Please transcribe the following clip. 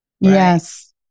Yes